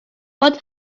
what